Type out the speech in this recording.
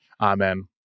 Amen